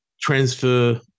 transfer